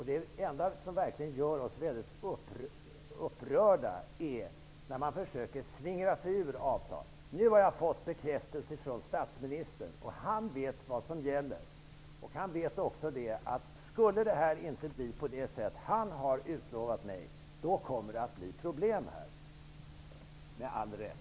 Det enda som verkligen gör oss väldigt upprörda är när man försöker slingra sig ur avtal. Nu har jag fått bekräftelse från statsministern, och han vet vad som gäller. Han vet också att skulle detta inte bli på det sätt som han har utlovat mig kommer det att bli problem här, med all rätt.